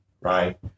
right